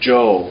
Joe